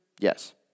yes